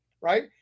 right